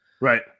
Right